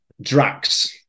Drax